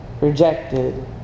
rejected